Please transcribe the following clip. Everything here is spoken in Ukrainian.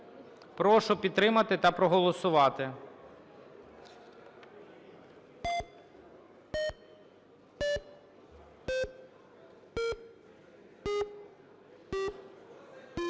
Прошу підтримати та проголосувати.